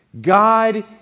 God